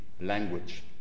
language